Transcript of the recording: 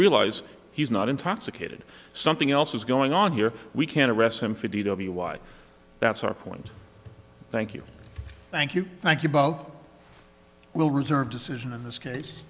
realize he's not intoxicated something else is going on here we can't arrest him for d w i that's our point thank you thank you thank you both will reserve decision in this case